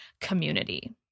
community